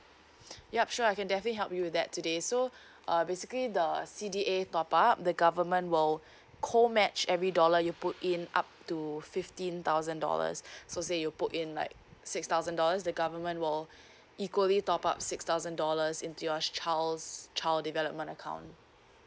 yup sure I can definitely help you with that today so uh basically the C_D_A top up the government will co match every dollar you put in up to fifteen thousand dollars so say you put in like six thousand dollars the government will equally top up six thousand dollars into your child's child development account